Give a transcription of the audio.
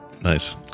Nice